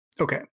Okay